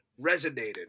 resonated